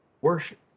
Worship